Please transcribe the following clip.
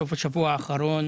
בסוף השבוע האחרון